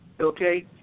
Okay